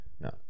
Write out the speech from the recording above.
no